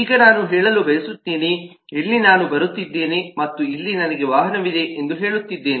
ಈಗ ನಾನು ಹೇಳಲು ಬಯಸುತ್ತೇನೆ ಇಲ್ಲಿ ನಾನು ಬರುತ್ತಿದ್ದೇನೆ ಮತ್ತು ಇಲ್ಲಿ ನನಗೆ ವಾಹನವಿದೆ ಎಂದು ಹೇಳುತ್ತಿದ್ದೇನೆ